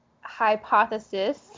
hypothesis